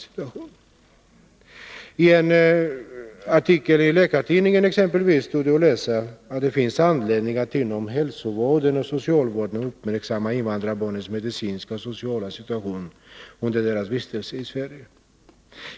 I en artikel i Läkartidningen exempelvis står det att läsa: ”Det finns anledning att inom barnhälsovården och socialvården uppmärk samma invandrarbarnens medicinska och sociala situation under deras vistelse i Sverige.